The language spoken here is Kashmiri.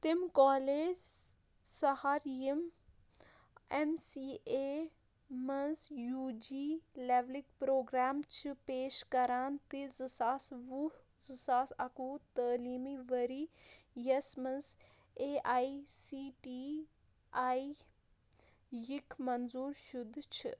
تِم کالج ژَھار یِم ایٚم سی اے مَنٛز یوٗ جی لیٚولٕکۍ پرٛوگرٛام چھِ پیش کران تہِ زٕ ساس وُہ زٕ ساس اکوُہ تعلیٖمی ورۍ یَس مَنٛز A I C T E یِکۍ منظور شُدٕہ چھِ